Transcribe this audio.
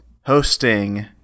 hosting